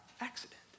accident